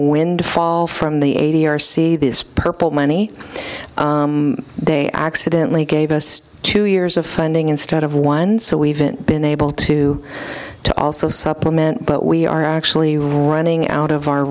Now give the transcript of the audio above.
windfall from the a t r see this purple money they accidently gave us two years of funding instead of one so we haven't been able to to also supplement but we are actually running out of our